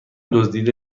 دزدیده